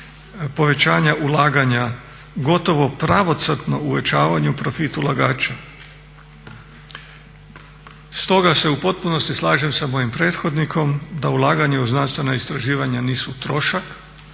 povećanja ulaganja gotovo pravocrtno uvećavanju profit ulagača. Stoga se u potpunosti slažem sa mojim prethodnikom da ulaganje u znanstvena istraživanja nisu trošak,